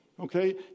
okay